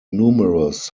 numerous